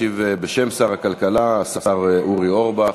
ישיב בשם שר הכלכלה השר אורי אורבך.